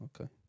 okay